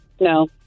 No